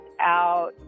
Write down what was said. out